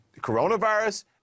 coronavirus